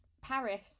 Paris